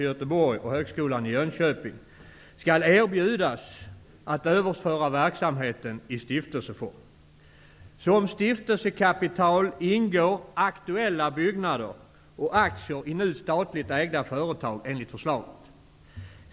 Jönköping -- skall erbjudas att överföra verksamheten i stiftelseform. Som stiftelsekapital ingår aktuella byggnader och aktier i nu statligt ägda företag, enligt förslaget.